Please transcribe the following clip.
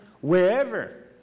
wherever